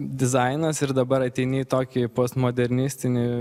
dizainas ir dabar ateini į tokį postmodernistinį